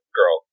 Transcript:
girl